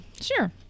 Sure